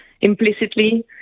implicitly